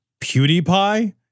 PewDiePie